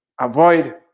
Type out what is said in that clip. avoid